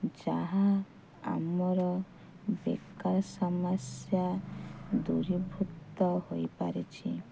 ଯାହା ଆମର ବେକାର ସମସ୍ୟା ଦୂରୀଭୂତ ହୋଇପାରିଛି